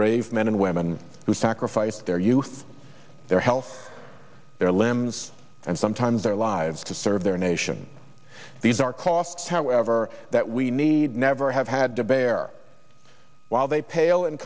brave men and women who sacrificed their youth their health their limbs and sometimes their lives to serve their nation these are costs however that we need never have had to bear while they pale in